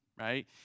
right